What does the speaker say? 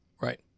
right